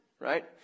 right